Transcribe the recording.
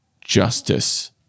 justice